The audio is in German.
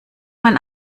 mein